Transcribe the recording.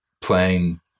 playing